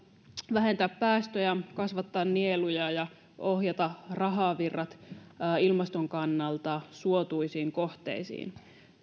vähentää päästöjä kasvattaa nieluja ja ohjata rahavirrat ilmaston kannalta suotuisiin kohteisiin